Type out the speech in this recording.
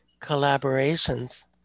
collaborations